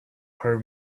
her